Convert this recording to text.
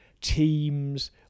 teams